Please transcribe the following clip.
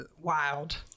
wild